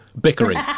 bickering